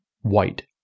white